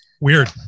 Weird